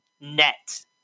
net